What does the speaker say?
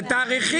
אלה תאריכים.